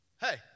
hey